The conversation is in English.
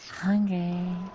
Hungry